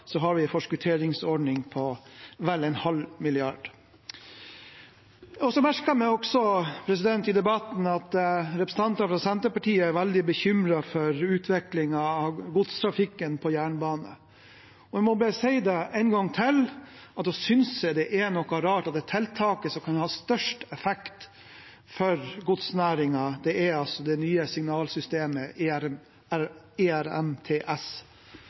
Så merker jeg meg også i debatten at representanter fra Senterpartiet er veldig bekymret for utviklingen av godstrafikken på jernbane. Jeg må bare si en gang til at da synes jeg det er noe rart at det tiltaket som kan ha størst effekt for godsnæringen, det nye signalsystemet